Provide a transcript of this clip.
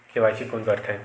KYC कोन करथे?